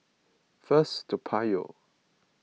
First Toa Payoh